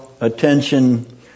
attention